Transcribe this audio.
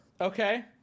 okay